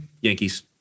Yankees